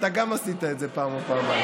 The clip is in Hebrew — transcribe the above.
אתה גם עשית את זה פעם או פעמיים,